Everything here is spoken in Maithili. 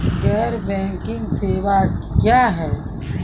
गैर बैंकिंग सेवा क्या हैं?